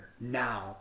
now